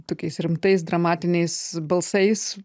tokiais rimtais dramatiniais balsais